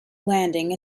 landing